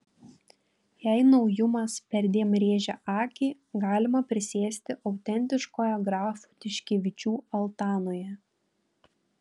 jei naujumas perdėm rėžia akį galima prisėsti autentiškoje grafų tiškevičių altanoje